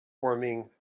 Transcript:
forming